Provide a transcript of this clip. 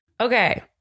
okay